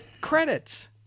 credits